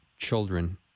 children